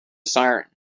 siren